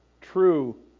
true